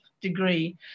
degree